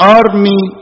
army